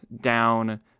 down